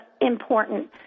important